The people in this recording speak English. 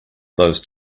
those